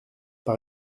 par